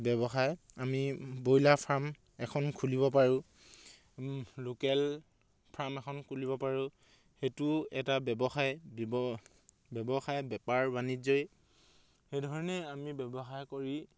ব্যৱসায় আমি broiler farm এখন খুলিব পাৰোঁ লোকেল ফাৰ্ম এখন খুলিব পাৰোঁ সেইটো এটা ব্যৱসায় ব্যৱসায় বেপাৰ বাণিজ্যই সেইধৰণে আমি ব্যৱসায় কৰি